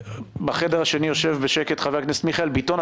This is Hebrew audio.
בחדר השני יושב בשקט חבר הכנסת מיכאל ביטון.